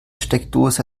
steckdose